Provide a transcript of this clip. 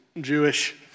Jewish